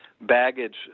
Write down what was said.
baggage